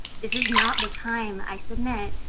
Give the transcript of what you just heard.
this is not the time, i submit,